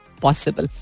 possible